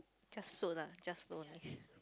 just float lah just float only